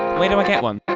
where do i get one?